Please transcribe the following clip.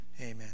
Amen